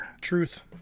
truth